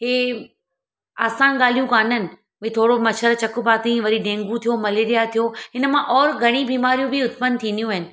इहे आसान ॻाल्हियूं कान्हनि भई थोरो मच्छर चकु पाताईं वरी डेंगू थियो मेलेरिया थियो हिन मां और घणियूं बीमारियूं बि उत्पन थींदियूं आहिनि